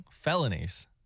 felonies